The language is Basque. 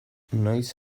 noiz